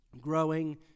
growing